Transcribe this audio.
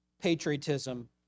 Patriotism